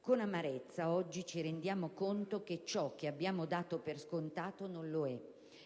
Con amarezza oggi ci rendiamo conto che ciò che abbiamo dato per scontato non lo è.